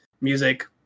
Music